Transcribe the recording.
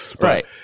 right